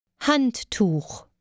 Handtuch